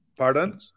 Pardon